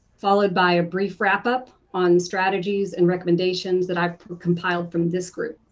followed by a brief wrap up on strategies and recommendations that i've compiled from this group.